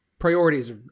Priorities